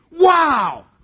Wow